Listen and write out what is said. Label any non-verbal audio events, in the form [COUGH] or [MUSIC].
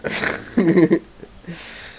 [NOISE]